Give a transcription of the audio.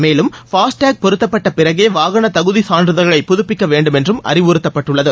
மேலும் ஃபாஸ்டேக் பொருத்தப்பட்ட பிறகே வாகன தகுதிச் சான்றிதழை புதுப்பிக்க வேண்டும் என்றும் அறிவுறுத்தப்பட்டுள்ளது